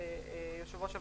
יושב-ראש הוועדה,